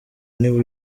niwe